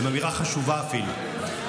הם אמירה חשובה אפילו.